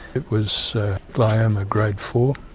it was glioma grade four.